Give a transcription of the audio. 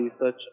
research